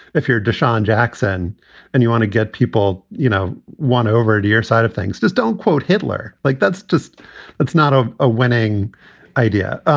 if you're deshawn jackson and you want to get people, you know, one over to your side of things, just don't quote hitler, like, that's just that's not a ah winning idea